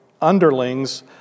underlings